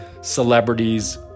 celebrities